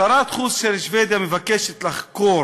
שרת החוץ של שבדיה מבקשת לחקור,